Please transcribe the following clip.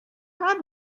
had